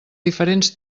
diferents